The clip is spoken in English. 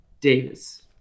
Davis